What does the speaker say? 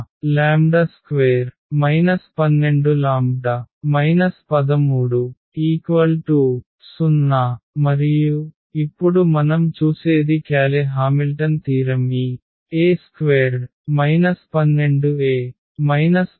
⟹2 12λ 130 మరియు ఇప్పుడు మనం చూసేది క్యాలె హామిల్టన్ తీరం ఈ A2 12A 13